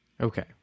okay